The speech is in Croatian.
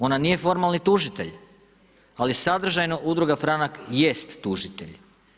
Ona nije formalni tužitelj, ali sadržajno udruga Franak jest tužitelj.